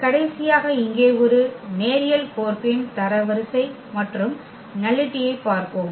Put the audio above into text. கடைசியாக இங்கே ஒரு நேரியல் கோர்ப்பின் தரவரிசை மற்றும் நல்லிடியை பார்ப்போம்